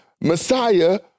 Messiah